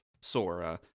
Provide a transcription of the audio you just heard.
Sora